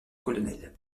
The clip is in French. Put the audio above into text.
colonel